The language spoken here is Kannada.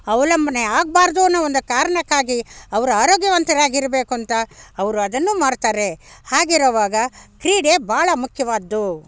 ಅವಲಂಬಲೆ ಆಗಬಾರ್ದು ಅನ್ನೋ ಒಂದು ಕಾರಣಕ್ಕಾಗಿ ಅವರು ಆರೋಗ್ಯವಂತರಾಗಿರಬೇಕು ಅಂತ ಅವರು ಅದನ್ನು ಮಾಡ್ತಾರೆ ಹಾಗಿರೋವಾಗ ಕ್ರೀಡೆ ಭಾಳ ಮುಖ್ಯವಾದ್ದು